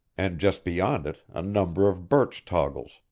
and just beyond it a number of birch toggles,